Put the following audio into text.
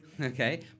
Okay